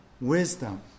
wisdom